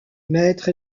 maître